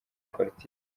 politiki